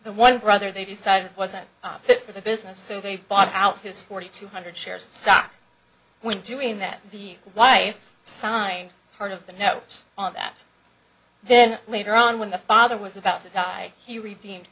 the one brother they decided wasn't fit for the business so they bought out his forty two hundred shares of stock when doing that the wife signed part of the notes on that then later on when the father was about to die he read